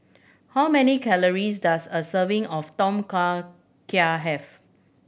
how many calories does a serving of Tom Kha Gai have